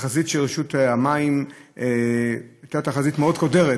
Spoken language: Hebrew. תחזית של רשות המים, זו הייתה תחזית מאוד קודרת,